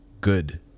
good